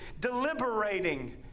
deliberating